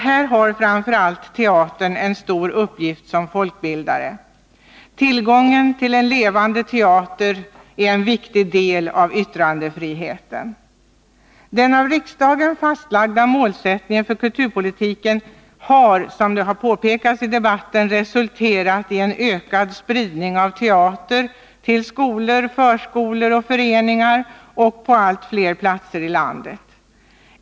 Här har framför allt teatern en stor uppgift som folkbildare. Tillgången till en levande teater är en viktig del av yttrandefriheten. Den av riksdagen fastlagda målsättningen för kulturpolitiken har, som påpekats i debatten, resulterat i en ökad spridning av teater till skolor, förskolor och föreningar på allt fler platser i landet.